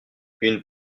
une